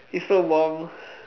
it's so warm